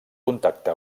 contacte